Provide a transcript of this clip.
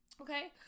Okay